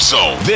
Zone